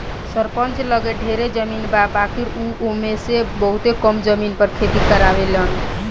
सरपंच लगे ढेरे जमीन बा बाकिर उ ओमे में से बहुते कम जमीन पर खेती करावेलन